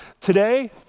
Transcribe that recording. today